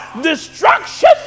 destruction